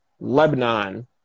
Lebanon